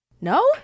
No